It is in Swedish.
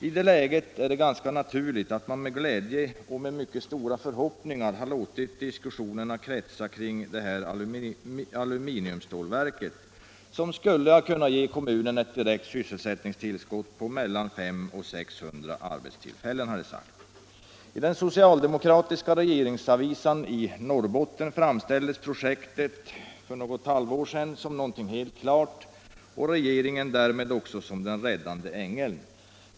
I det läget är det ganska naturligt att man med glädje och mycket stora förhoppningar har låtit diskussionerna kretsa omkring aluminiumsmältverket, som skulle ha kunnat ge kommunen ett direkt sysselsättningstillskott på mellan 500 och 600 arbetstillfällen, har det sagts. I den socialdemokratiska regeringsavisan i Norrbotten framställdes projektet för något halvår sedan som någonting självklart och regeringen därmed också som den räddande ängeln.